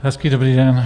Hezký dobrý den.